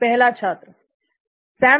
पहला छात्र सैम